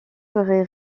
aurait